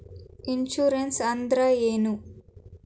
Insurance ಅಂದ್ರ ಏನು?